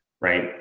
right